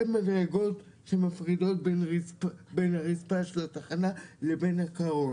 מדרגות שמפרידות בין רצפת התחנה לבין הקרון.